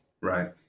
Right